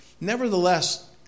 nevertheless